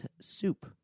soup